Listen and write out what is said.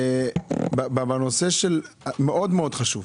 חשוב מאוד,